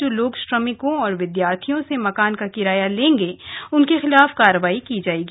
जो लोग श्रमिकों और विद्यार्थियों से मकान का किराया लेंगे उनके खिलाफ कार्रवाई की जाएगी